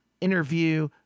interview